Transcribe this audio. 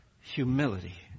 humility